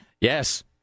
Yes